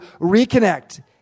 reconnect